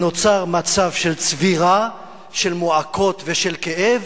נוצרה צבירה של מועקות ושל כאב,